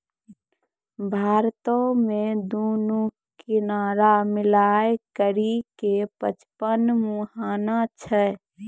भारतो मे दुनू किनारा मिलाय करि के पचपन मुहाना छै